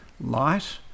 light